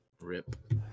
Rip